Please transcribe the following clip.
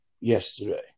yesterday